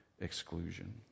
exclusion